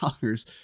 dollars